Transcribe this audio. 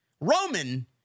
Roman